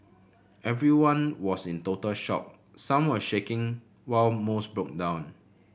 everyone was in total shock some were shaking while most broke down